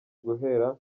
guhera